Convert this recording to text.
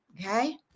Okay